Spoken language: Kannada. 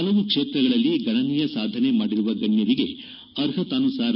ಹಲವು ಕ್ಷೇತ್ರಗಳಲ್ಲಿ ಗಣನೀಯ ಸಾಧನೆ ಮಾಡಿರುವ ಗಣ್ಯರಿಗೆ ಅರ್ಹತಾನುಸಾರ